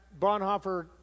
Bonhoeffer